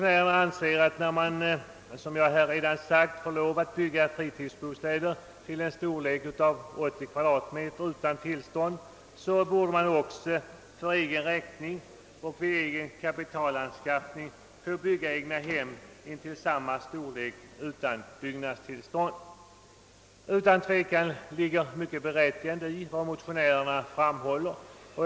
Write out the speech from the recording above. När det är tillåtet att bygga fritidsbostäder till en storlek av 80 m? utan särskilt tillstånd, borde man också enligt motionärernas uppfattning för egen räkning och för eget kapital få bygga egnahem upp till samma storlek utan byggnadstillstånd. Det ligger utan tvekan mycket berättigat i vad motionärerna framhåller.